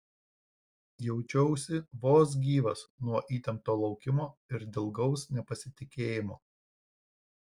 jaučiausi vos gyvas nuo įtempto laukimo ir dilgaus nepasitikėjimo